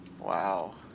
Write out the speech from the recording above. Wow